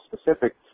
specific